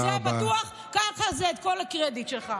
זה בטוח, קח על זה את כל הקרדיט שלך.